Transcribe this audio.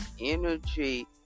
energy